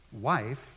wife